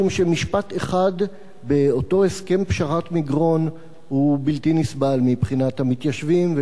משום שמשפט אחד באותו הסכם פשרת מגרון הוא בלתי נסבל מבחינת המתיישבים,